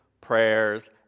prayers